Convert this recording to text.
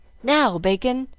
now, bacon!